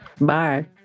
Bye